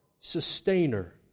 sustainer